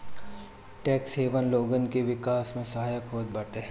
tax haven लोगन के विकास में सहायक होत बाटे